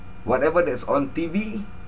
whatever that's on T_V